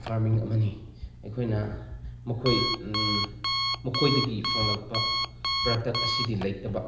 farming ꯑꯃꯅꯤ ꯑꯩꯈꯣꯏꯅ ꯃꯈꯣꯏꯗꯒꯤ ꯐꯪꯂꯛꯄ ꯄ꯭ꯔꯗꯛ ꯑꯁꯤꯗꯤ ꯂꯩꯇꯕ